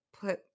put